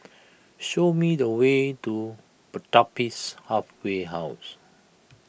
show me the way to Pertapis Halfway House